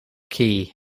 key